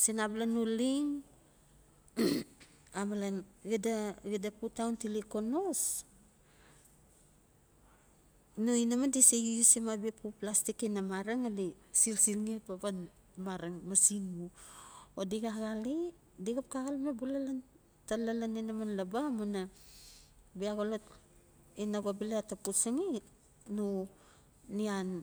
sin abala no leng amalan xida, xida po taun tile konos no inaman dise usim abia pu plastik ina mareng ngali silsilxi pan mareng masin o di xaxale dixap xa xaleme bula talalan inemen loko amuna bia xolot ina xoloe ya to pachaxi no nian.